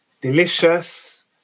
Delicious